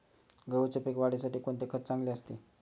गहूच्या पीक वाढीसाठी कोणते खत चांगले असते?